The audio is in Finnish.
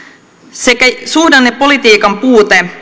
sekä suhdannepolitiikan puute